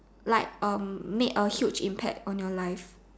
like um made a huge impact on your life